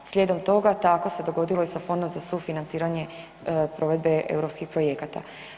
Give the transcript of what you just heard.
Slijedom toga tako se dogodilo i sa Fondom za sufinanciranje provedbe europskih projekata.